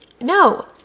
no